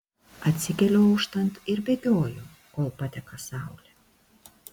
atsikeliu auštant ir bėgioju kol pateka saulė